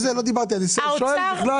אני שואל באופן כללי.